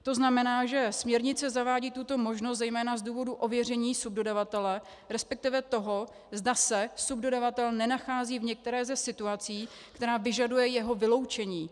To znamená, že směrnice zavádí tuto možnost zejména z důvodu ověření subdodavatele, respektive toho, zda se subdodavatel nenachází v některé ze situací, která vyžaduje jeho vyloučení.